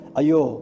ayo